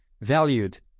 valued